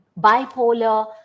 bipolar